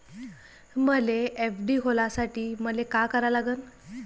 मले एफ.डी खोलासाठी मले का करा लागन?